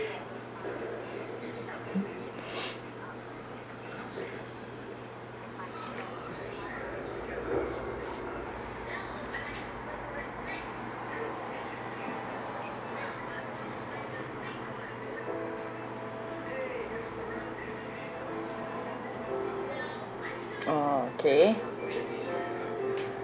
oh K